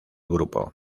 grupo